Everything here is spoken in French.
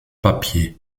papier